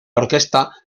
orquesta